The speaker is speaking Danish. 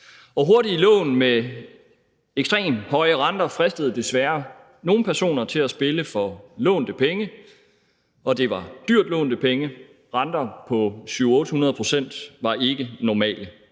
hurtige lån med ekstremt høje renter fristede desværre nogle personer til at spille for lånte penge, og det var dyrt lånte penge. Renter på 7-800 pct. var ikke unormale.